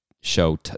show